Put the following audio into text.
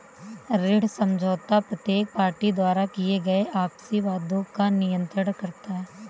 ऋण समझौता प्रत्येक पार्टी द्वारा किए गए आपसी वादों को नियंत्रित करता है